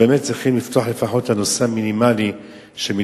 באמת צריכים לפתוח לפחות את הנושא המינימלי שמתבקש,